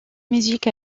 musique